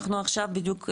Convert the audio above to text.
אנחנו עכשיו בדיוק,